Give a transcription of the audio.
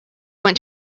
went